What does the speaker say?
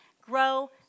grow